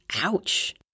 Ouch